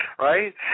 Right